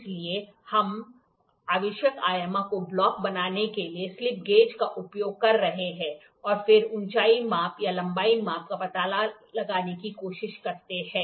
इसलिए हम आवश्यक आयामों को ब्लॉक बनाने के लिए स्लिप गेज का उपयोग कर रहे हैं और फिर ऊंचाई माप या लंबाई माप का पता लगाने की कोशिश करते हैं